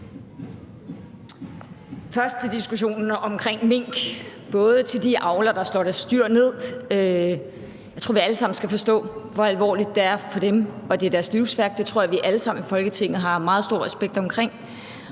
sige til diskussionerne omkring mink, at der er de avlere, der slår deres dyr ned, og jeg tror, vi alle sammen skal forstå, hvor alvorligt det er for dem, og at det er deres livsværk. Det tror jeg vi alle sammen i Folketinget har meget stor respekt omkring.